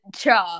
cha